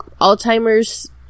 alzheimer's